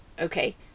okay